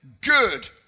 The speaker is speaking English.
good